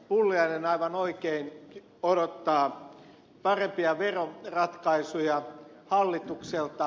pulliainen aivan oikein odottaa parempia veroratkaisuja hallitukselta